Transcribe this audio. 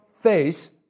face